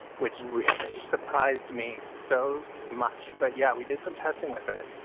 which. really. surprised me so much. but yeah, we did some testing with it.